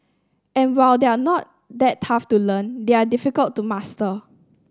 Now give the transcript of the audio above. and while they are not that tough to learn they are difficult to master